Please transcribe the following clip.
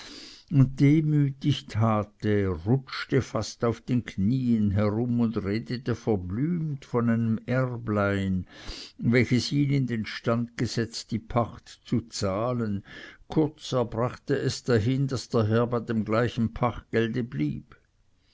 und demütig tat er rutschte fast auf den knien herum und redete verblümt von einem erblein welches ihn in den stand gesetzt die pacht zu zahlen kurz er brachte es dahin daß der herr bei dem gleichen pachtgelde blieb